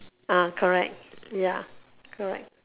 ah correct ya correct